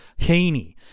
Heaney